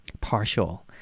partial